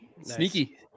Sneaky